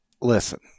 listen